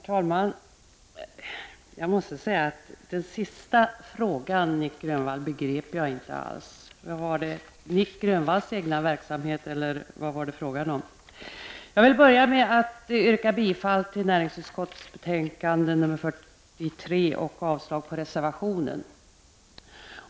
Herr talman! Jag måste säga att den sista frågan begrep jag inte alls. Var det frågan om Nic Grönvalls egen verksamhet, eller vad? Jag vill börja med att yrka bifall till hemställan i näringsutskottets betänkande 43 och avslag på reservationen.